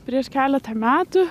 prieš keletą metų